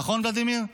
נכון, ולדימיר?